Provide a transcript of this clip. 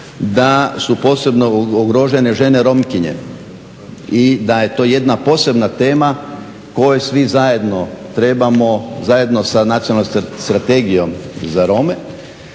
da su posebno ugrožene žene Romkinje i da je to jedna posebna tema koju svi zajedno trebamo zajedno sa Nacionalnom strategijom za Rome